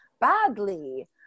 badly